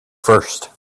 first